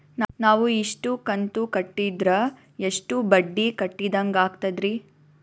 ನಾವು ಇಷ್ಟು ಕಂತು ಕಟ್ಟೀದ್ರ ಎಷ್ಟು ಬಡ್ಡೀ ಕಟ್ಟಿದಂಗಾಗ್ತದ್ರೀ?